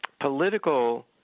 political